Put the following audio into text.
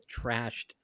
trashed